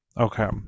okay